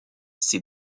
ces